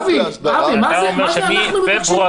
מה זה אנחנו מבקשים פירוט.